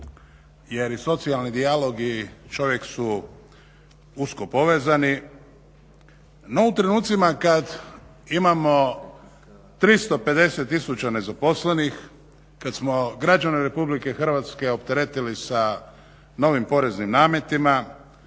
jer i socijalni dijalog i čovjek su usko povezani. No u trenucima kad imamo 350 tisuća nezaposlenih, kad smo građane Republike Hrvatske opteretili sa novim poreznim nametima,